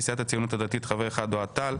סיעת הציונות הדתית, חבר אחד: אוהד טל.